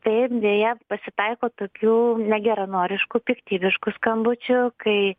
taip deja pasitaiko tokių negeranoriškų piktybiškų skambučių kai